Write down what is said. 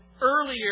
earlier